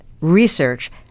research